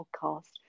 podcast